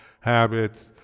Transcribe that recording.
habits